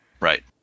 Right